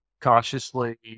cautiously